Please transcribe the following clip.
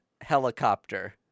helicopter